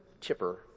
chipper